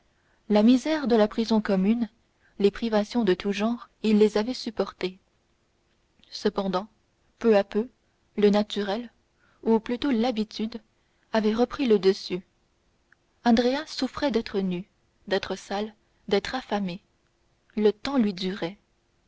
la misère de la prison commune les privations de tout genre il les avait supportées cependant peu à peu le naturel ou plutôt l'habitude avait repris le dessus andrea souffrait d'être nu d'être sale d'être affamé le temps lui durait